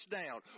down